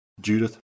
Judith